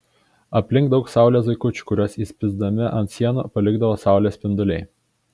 aplink daug saulės zuikučių kuriuos įspįsdami ant sienų palikdavo saulės spinduliai